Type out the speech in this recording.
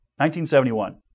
1971